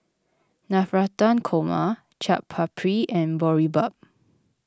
Navratan Korma Chaat Papri and Boribap